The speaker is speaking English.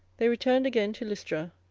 they returned again to lystra,